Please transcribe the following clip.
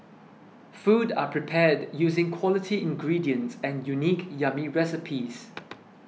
food are prepared using quality ingredients and unique yummy recipes